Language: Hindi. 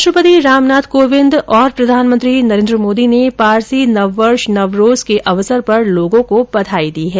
राष्ट्र पति रामनाथ कोविंद और प्रधानमंत्री नरेन्द्र मोदी ने पारसी नववर्ष नवरोज के अवसर पर लोगों को बधाई दी है